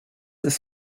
ist